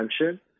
attention